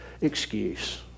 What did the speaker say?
excuse